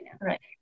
Right